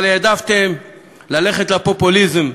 אבל העדפתם ללכת לפופוליזם,